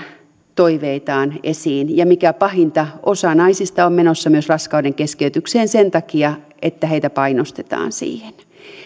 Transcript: toiveitaan esiin ja mikä pahinta osa naisista on menossa myös raskaudenkeskeytykseen sen takia että heitä painostetaan siihen